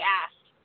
asked